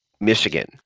Michigan